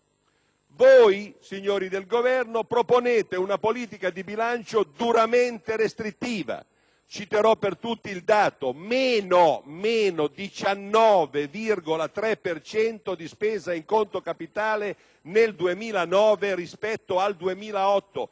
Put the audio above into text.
Voi, signori del Governo, proponete una politica di bilancio duramente restrittiva. Citerò per tutti il dato: meno 19,3 per cento di spesa in conto capitale nel 2009 rispetto al 2008,